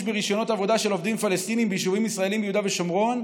ברישיונות עבודה של עובדים פלסטיניים ביישובים ישראליים ביהודה ושומרון,